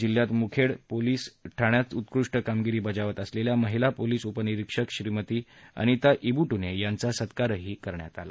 जिल्ह्यात मुखेड पोलिस ठाण्यात उत्कृष्ट कामगिरी बजावत असलेल्या महिला पोलीस उपनिरीक्षक श्रीमती अनिता ईटूबूने यांचा सत्कारही करण्यात आला